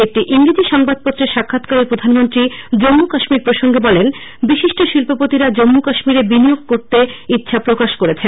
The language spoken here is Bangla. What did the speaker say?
একটি ইংরেজি সংবাদপত্রে সাক্ষাত্কারে প্রধানমন্ত্রী জম্মু কাশ্মীর প্রসঙ্গে বলেন বিশিষ্ট শিল্পপতিরা জম্মু কাশ্মীরে বিনিয়োগ করতে ইচ্ছা প্রকাশ করেছেন